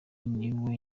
niwe